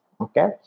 okay